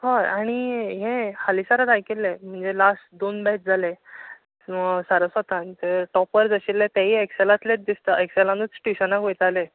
हय आनी हें हालीसराक आयकिल्लें म्हणजे लास्ट दोन बॅच जाले सारस्वतांत टॉपर्स आशिल्ले तेवूय एकसेलांतलेच दिसता एक्सेलानूच ट्युशनाक वयताले